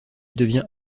devient